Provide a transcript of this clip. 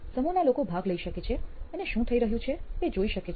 સમૂહના લોકો ભાગ લઈ શકે છે અને શું થઈ રહ્યું છે તે જોઈ શકે છે